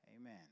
Amen